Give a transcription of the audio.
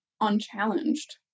unchallenged